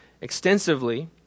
extensively